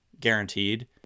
guaranteed